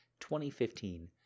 2015